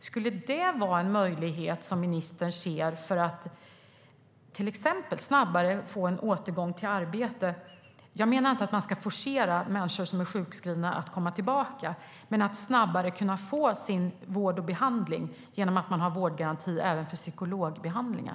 Ser ministern det som en möjlighet för att till exempel snabbare få en återgång till arbete? Jag menar inte att man ska forcera människor som är sjukskrivna att komma tillbaka, utan det handlar om att snabbare få vård och behandling om man har vårdgaranti även för psykologbehandlingar.